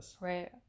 right